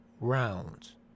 rounds